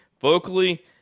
vocally